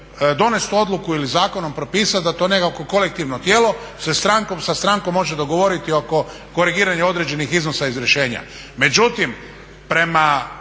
donest odluku ili zakonom propisati da to neko kolektivno tijelo sa strankom može dogovoriti oko korigiranja određenih iznosa iz rješenja.